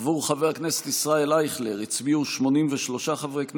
עבור חבר הכנסת ישראל אייכלר הצביעו 83 חברי כנסת,